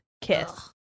kiss